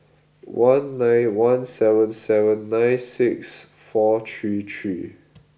one nine one seven seven nine six four three three